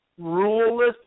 ruleless